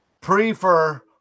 Prefer